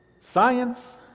Science